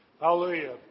Hallelujah